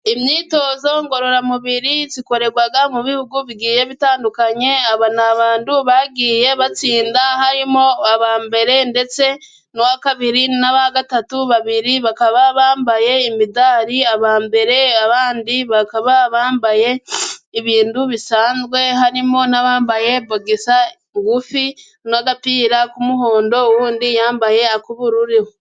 Imyitozo ngororamubiri ikorerwa mu bihugu bigiye bitandukanye, aba ni abantu bagiye batsinda harimo aba mbere ndetse n'uwa kabiri n'aba gatatu, babiri bakaba bambaye imidari aba mbere, abandi bambaye ibintu bisanzwe harimo n'abambaye bogisa ngufi, n'agapira k'umuhondo undi yambaye ak'ubururu.